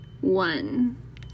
one